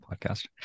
podcast